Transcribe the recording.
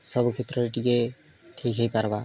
ସବୁ କ୍ଷେତ୍ର ରେ ଟିକେ ଠିକ୍ ହେଇ ପାରବା